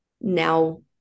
now